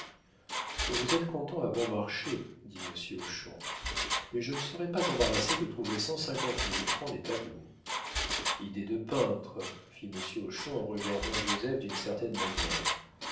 vous êtes content à bon marché dit monsieur hochon mais je ne serais pas embarrassé de trouver cent cinquante mille francs des tableaux idée de peintre fit monsieur hochon en regardant joseph d'une certaine manière